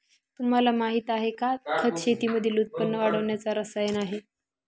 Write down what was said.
तुम्हाला माहिती आहे का? खत शेतीमधील उत्पन्न वाढवण्याच रसायन आहे